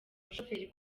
umushoferi